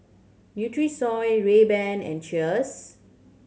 Nutrisoy Rayban and Cheers